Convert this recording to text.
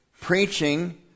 preaching